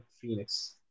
Phoenix